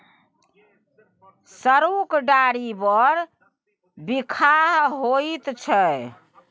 सरुक डारि बड़ बिखाह होइत छै